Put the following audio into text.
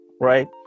right